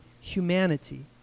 humanity